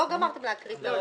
לא גמרתם להקריא.